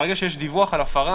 ברגע שיש דיווח על הפרה,